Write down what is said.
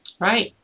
Right